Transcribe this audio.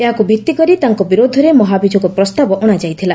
ଏହାକୁ ଭିଭିକରି ତାଙ୍କ ବିରୁଦ୍ଧରେ ମହାଭିଯୋଗ ପ୍ରସ୍ତାବ ଅଣାଯାଇଥିଲା